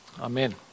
Amen